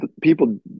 people